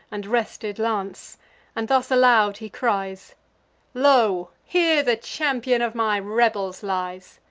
and rested lance and thus aloud he cries lo! here the champion of my rebels lies!